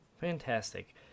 Fantastic